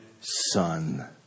son